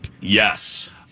Yes